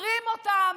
מחרים אותם